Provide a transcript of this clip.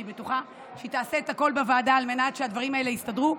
אני בטוחה שהיא תעשה הכול בוועדה כדי שהדברים האלה יסתדרו.